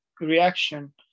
reaction